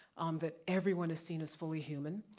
um that everyone is seen is fully human,